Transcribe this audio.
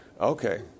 okay